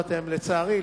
לצערי,